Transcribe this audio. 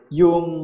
yung